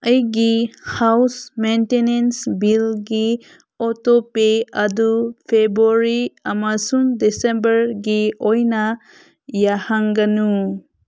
ꯑꯩꯒꯤ house maintenance ꯕꯤꯜꯒꯤ ꯑꯣꯇꯣꯄꯦ ꯑꯗꯨ ꯐꯦꯕ꯭ꯋꯥꯔꯤ ꯑꯃꯁꯨꯡ ꯗꯤꯁꯦꯝꯕꯔꯒꯤ ꯑꯣꯏꯅ ꯌꯥꯍꯟꯒꯅꯨ